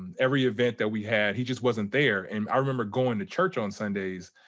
and every event that we had, he just wasn't there. and i remember going to church on sundays,